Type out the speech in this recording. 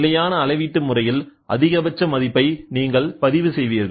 நிலையான அளவீட்டு முறையில் அதிகபட்ச மதிப்பை நீங்கள் பதிவு செய்வீர்கள்